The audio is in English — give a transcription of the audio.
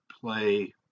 play